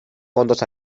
fondos